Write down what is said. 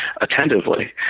attentively